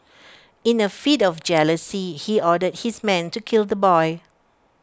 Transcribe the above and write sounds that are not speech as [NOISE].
[NOISE] in A fit of jealousy he ordered his men to kill the boy